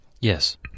Yes